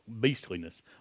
beastliness